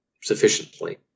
sufficiently